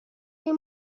این